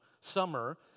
summer